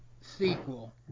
sequel